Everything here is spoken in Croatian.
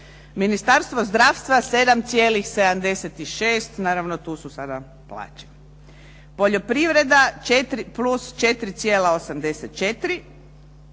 Ministarstvo zdravstva 7,76 naravno tu su sada plaće. Poljoprivreda +4,84,